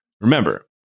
Remember